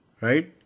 right